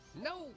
No